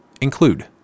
include